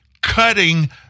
cutting